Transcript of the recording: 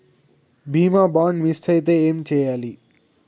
బీమా bond miss అయితే ఏం చేయాలి?